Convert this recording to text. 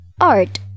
Art